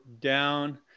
down